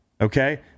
okay